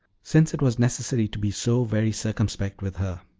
since it was necessary to be so very circumspect with her.